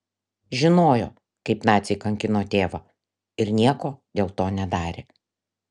žinojo kaip naciai kankino tėvą ir nieko dėl to nedarė